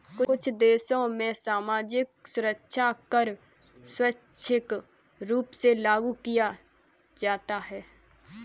कुछ देशों में सामाजिक सुरक्षा कर स्वैच्छिक रूप से लागू किया जाता है